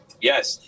Yes